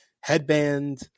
headband